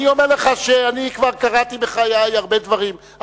אני אומר לך שכבר קראתי בחיי הרבה דברים,